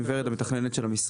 עם ורד המתכננת של המשרד.